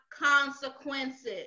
consequences